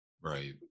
Right